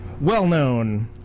well-known